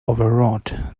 overwrought